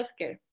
healthcare